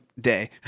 day